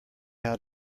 how